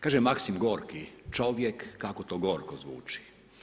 Kaže Maksim Gorki: Čovjek kako to gorko zvuči.